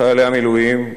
חיילי המילואים,